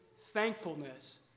thankfulness